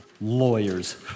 Lawyers